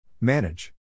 Manage